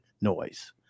noise